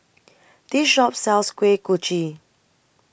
This Shop sells Kuih Kochi